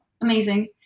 Amazing